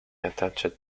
attached